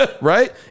right